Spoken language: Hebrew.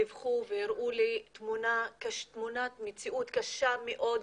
דיווחו והראו לי תמונת מציאות קשה מאוד,